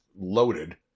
loaded